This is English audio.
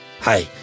Hi